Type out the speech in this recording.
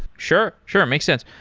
sure. sure. makes sense.